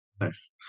Nice